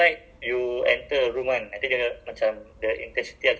do business also cannot I think maybe they have a touch screen ah I don't know